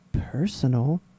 personal